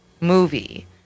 movie